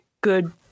good